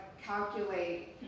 Calculate